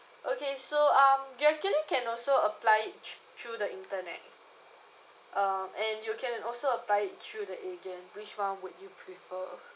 okay so um you actually can also apply it thr~ through the internet um and you can also apply it through the agent which one would you prefer